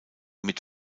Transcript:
mit